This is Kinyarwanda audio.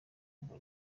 ngo